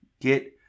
get